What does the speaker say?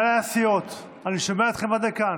מנהלי הסיעות, אני שומע אתכם עד לכאן.